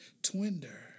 Twinder